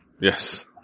Yes